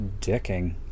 dicking